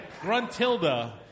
Gruntilda